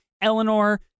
Eleanor